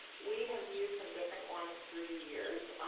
we have used some different ones through the years.